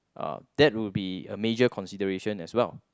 uh that would be a major consideration as well